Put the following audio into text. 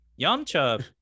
yamcha